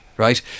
Right